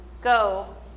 go